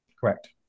Correct